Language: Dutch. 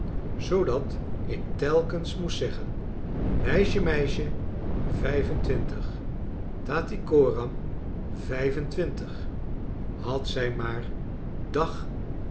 zoodat ik telkens moest zeggen meisje meisje vijfentwintig tattycoram vijfentwintig had zij maax dag